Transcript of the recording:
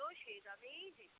তো সেই দামেই